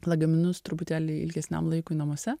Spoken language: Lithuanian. lagaminus truputėlį ilgesniam laikui namuose